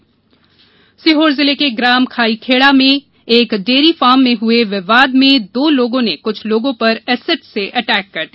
acid attack Sehore जिले के ग्राम खाईखेड़ा के एक डेयरी फॉर्म में हुए विवाद में दो लोगों ने कुछ लोगों पर एसिड से हमला किया